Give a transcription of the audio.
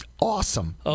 awesome